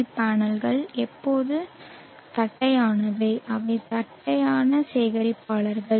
we பேனல்கள் எப்போதும் தட்டையானவை அவை தட்டையான சேகரிப்பாளர்கள்